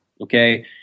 Okay